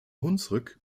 hunsrück